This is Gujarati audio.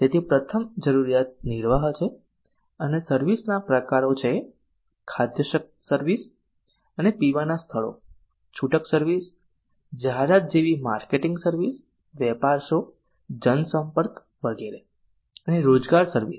તેથી પ્રથમ જરૂરિયાત નિર્વાહ છે અને સર્વિસ ના પ્રકારો છે ખાદ્ય સર્વિસ અને પીવાના સ્થળો છૂટક સર્વિસ જાહેરાત જેવી માર્કેટિંગ સર્વિસ વેપાર શો જનસંપર્ક વગેરે અને રોજગાર સર્વિસ